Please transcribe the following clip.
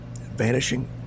vanishing